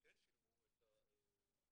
שכן שילמו את הפוליסה,